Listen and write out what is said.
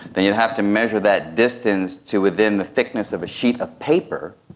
then you have to measure that distance to within the thickness of a sheet of paper,